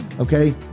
Okay